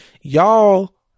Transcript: y'all